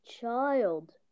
child